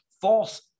false